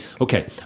okay